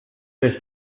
was